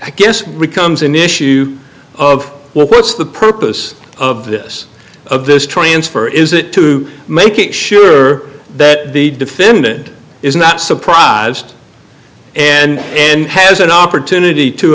i guess becomes an issue of what's the purpose of this of this transfer is it to make sure that the defended is not surprised and has an opportunity to